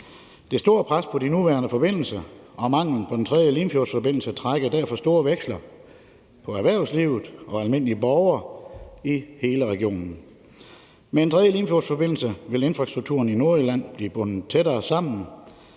Det store pres på de nuværende forbindelser og manglen på den tredje Limfjordsforbindelse trækker derfor store veksler på erhvervslivet og på almindelige borgere i hele regionen. Med en tredje Limfjordsforbindelse vil infrastrukturen i Nordjylland blive bundet tættere sammen,